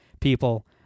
people